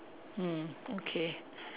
mm okay